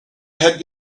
had